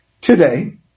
Today